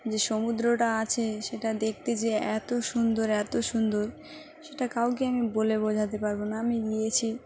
যে সমুদ্রটা আছে সেটা দেখতে যে এত সুন্দর এত সুন্দর সেটা কাউকে আমি বলে বোঝাতে পারব না আমি গিয়েছি